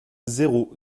zéro